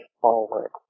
forward